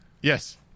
Yes